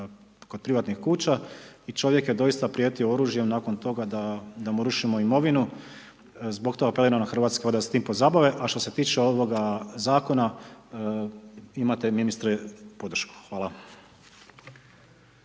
kod privatnih kuća i čovjek je doista prijetio oružjem, nakon toga da mu rušimo imovinu, zbog toga apeliram na Hrvatske vode da se tim pozabave. A što se tiče ovoga zakona, imate ministre podršku, hvala.